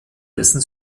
dessen